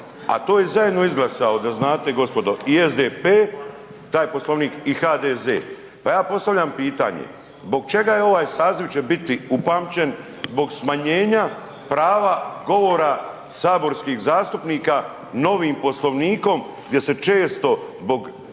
A to je zajedno izglasao da znate gospodo i SDP taj Poslovnik i HDZ. Pa ja postavljam pitanje, zbog čega će ovaj saziv bit upamćen? Zbog smanjenja prava govora saborskih zastupnika novim Poslovnikom gdje se često zbog